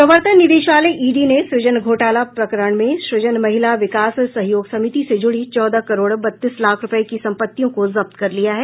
प्रवर्तन निदेशालय ईडी ने सृजन घोटाला प्रकरण में सृजन महिला विकास सहयोग समिति से जुड़ी चौदह करोड़ बत्तीस लाख रूपये की संपत्तियों को जब्त कर लिया है